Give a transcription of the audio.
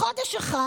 לחודש אחד,